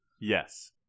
Yes